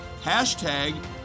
hashtag